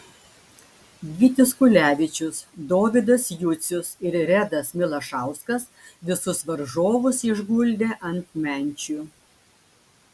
gytis kulevičius dovydas jucius ir redas milašauskas visus varžovus išguldė ant menčių